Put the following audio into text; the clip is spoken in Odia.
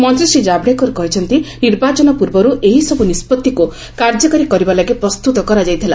ମନ୍ତ୍ରୀ ଶ୍ରୀ ଜାଭ୍ଡେକର କହିଛନ୍ତି ନିର୍ବାଚନ ପୂର୍ବରୁ ଏହିସବୁ ନିଷ୍ପଭିକୁ କାର୍ଯ୍ୟକାରୀ କରିବାଲାଗି ପ୍ରସ୍ତୁତ କରାଯାଇଥିଲା